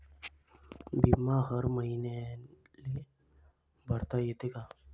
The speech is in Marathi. बिमा हर मईन्याले भरता येते का?